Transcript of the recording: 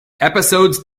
episodes